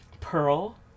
Pearl